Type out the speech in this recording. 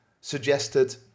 suggested